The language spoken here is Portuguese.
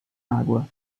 água